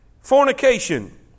Fornication